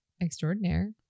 extraordinaire